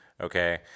okay